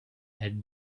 had